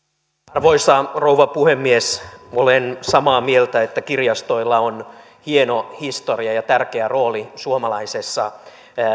arvoisa rouva puhemies olen samaa mieltä että kirjastoilla on hieno historia ja tärkeä rooli suomalaisessa